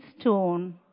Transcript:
stone